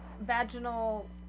vaginal